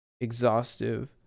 exhaustive